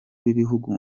b’ibihugu